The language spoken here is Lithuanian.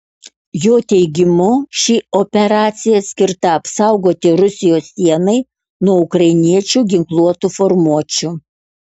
jo teigimu ši operacija skirta apsaugoti rusijos sienai nuo ukrainiečių ginkluotų formuočių